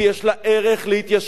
כי יש לה ערך להתיישבות,